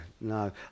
no